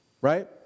Right